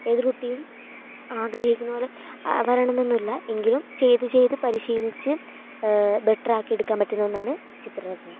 ഏതൊരു കുട്ടിയും ആഗ്രഹിക്കണ പോലെ വരണം എന്നൊന്നുമില്ല എങ്കിലും ചെയ്ത് ചെയ്ത് പരിശീലിച്ച് ബെറ്ററാക്കി എടുക്കാൻ പറ്റുന്ന ഒന്നാണ് ചിത്രരചന